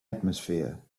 atmosphere